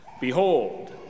Behold